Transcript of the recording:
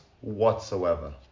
whatsoever